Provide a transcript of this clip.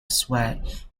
sweat